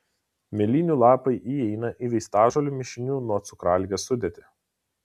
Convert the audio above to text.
mėlynių lapai įeina į vaistažolių mišinių nuo cukraligės sudėtį